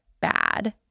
bad